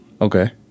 Okay